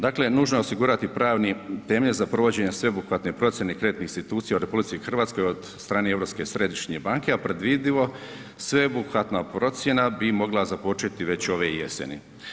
Dakle, nužno je osigurati pravni temelj za provođenje sveobuhvatne procjene kreditnih institucija u RH od strane Europske središnje banke, a predvidivo sveobuhvatna procjena bi mogla započeti već ove jeseni.